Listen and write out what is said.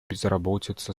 безработица